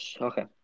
Okay